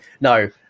No